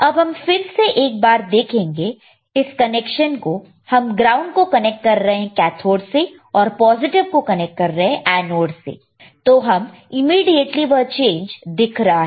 अब हम फिर से एक बार देखेंगे इस कनेक्शन को हम ग्राउंड को कनेक्ट कर रहे हैं कैथोड से और पॉजिटिव को कनेक्ट कर रहे हैं एनोड से तो हमें इमीडीएटली वह चेंज दिख रहा है